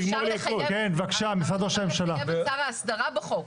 אפשר לטעון טיעונים אחרים.